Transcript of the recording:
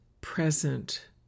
present